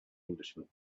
englishman